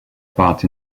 part